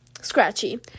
scratchy